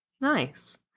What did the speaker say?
nice